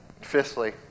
Fifthly